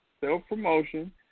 self-promotion